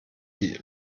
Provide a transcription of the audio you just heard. sie